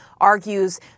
argues